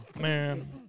Man